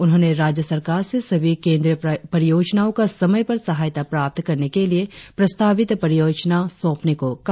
उन्होंने राज्य सरकार से सभी केंद्रीय परियोजनाओ का समय पर सहायता प्राप्त करने के लिए प्रस्तावित परियोजना सौंपने को कहा